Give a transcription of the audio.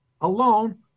alone